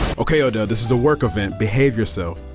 ok, odell, this is a work event. behave yourself.